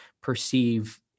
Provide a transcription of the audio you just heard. perceive